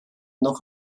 noch